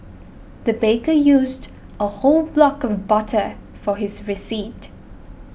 the baker used a whole block of butter for this recipe